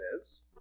says